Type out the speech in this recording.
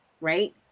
right